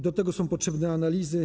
Do tego są potrzebne analizy.